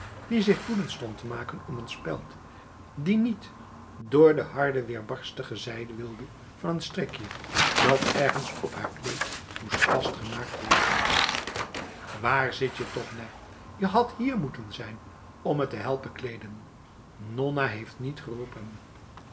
die zich woedend stond te maken om een speld welke niet door de harde weerbarstige zijde wilde van een strikje dat ergens op haar kleed moest vastgemaakt worden waar zitje toch nèh je had hier moeten zijn om me te helpen kleden nonna heeft niet geroepen